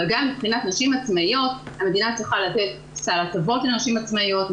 אבל גם מבחינת נשים עצמאיות המדינה צריכה לתת סל הטבות לנשים עצמאיות,